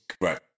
Right